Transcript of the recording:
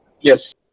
Yes